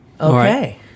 Okay